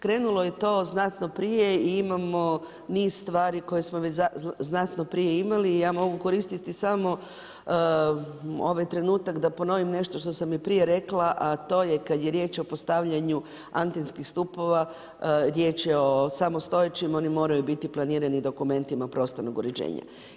Krenulo je to znatno prije i imamo niz stvari koje smo već znatno prije imali i ja mogu koristiti samo ovaj trenutak da ponovim nešto što sam i prije rekla, a to je kada je riječ o postavljanju antenskih stupova riječ je o samostojećim, oni moraju biti planirani u dokumentima prostornog uređenja.